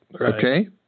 Okay